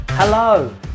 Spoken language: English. Hello